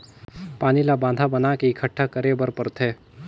पानी ल बांधा बना के एकटठा करे बर परथे